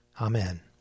Amen